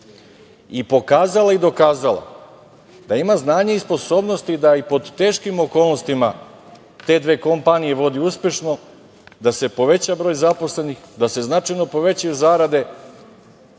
i pokazala i dokazala, da ima znanje i sposobnosti, da i pod teškim okolnostima, te dve kompanije vodi uspešno, da se poveća broj zaposlenih, da se značajno povećaju zarade,